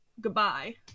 goodbye